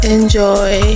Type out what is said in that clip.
Enjoy